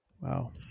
Wow